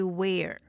wear